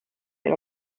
ega